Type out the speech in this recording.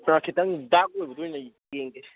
ꯑꯥ ꯈꯤꯇꯪ ꯗꯥꯛ ꯑꯣꯏꯕꯗꯨ ꯑꯣꯏꯅ ꯌꯦꯡꯒꯦ